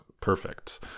perfect